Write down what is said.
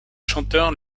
chanteurs